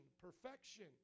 perfection